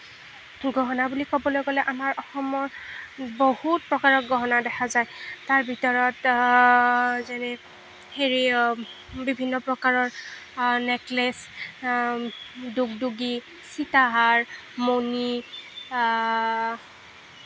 গহনা বুলি ক'বলৈ গ'লে আমাৰ অসমত বহুত প্ৰকাৰৰ গহনা দেখা যায় তাৰ ভিতৰত যেনে হেৰি বিভিন্ন প্ৰকাৰৰ নেকেলেছ দুগদুগী সীতাহাৰ মণি